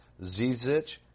Zizic